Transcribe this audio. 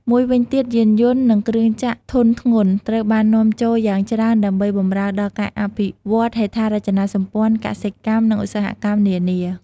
មួយវិញទៀត យានយន្ត និងគ្រឿងចក្រធុនធ្ងន់ ត្រូវបាននាំចូលយ៉ាងច្រើនដើម្បីបម្រើដល់ការអភិវឌ្ឍន៍ហេដ្ឋារចនាសម្ព័ន្ធ កសិកម្ម និងឧស្សាហកម្មនានា។